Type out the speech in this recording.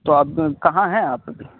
تو آپ کہاں ہیں آپ کی